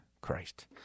Christ